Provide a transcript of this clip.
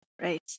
Right